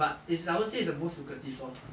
but is I won't say is the most lucrative lor